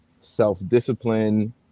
self-discipline